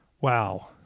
wow